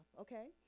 okay